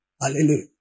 Hallelujah